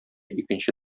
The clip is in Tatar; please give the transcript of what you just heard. икенче